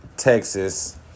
Texas